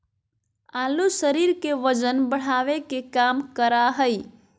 आलू शरीर के वजन बढ़ावे के काम करा हइ